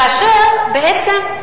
כאשר בעצם,